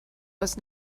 was